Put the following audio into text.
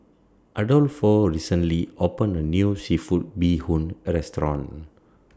Adolfo recently opened A New Seafood Bee Hoon Restaurant